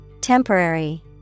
Temporary